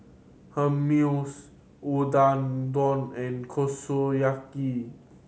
Hummus and Kushiyaki